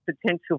potential